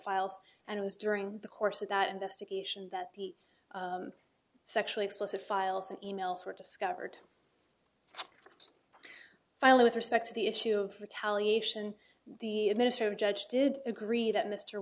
files and it was during the course of that investigation that the sexually explicit files and e mails were discovered finally with respect to the issue of retaliation the minister of judge did agree that mr